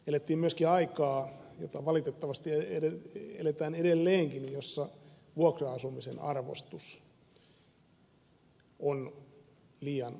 elettiin myöskin aikaa jota valitettavasti eletään edelleenkin jossa vuokra asumisen arvostus on liian heikkoa